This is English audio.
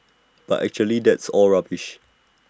but actually that's all rubbish